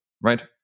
right